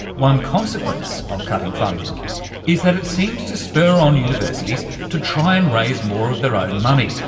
one consequence of cutting funding is that it seems to spur on universities to try and raise more of their own money,